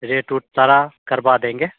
rate उट सारा करवा देंगे